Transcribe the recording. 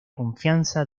confianza